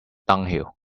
dunghill